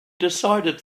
decided